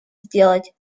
сделать